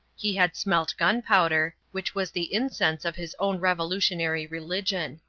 he had smelt gunpowder, which was the incense of his own revolutionary religion.